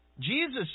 Jesus